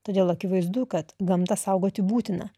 todėl akivaizdu kad gamtą saugoti būtiną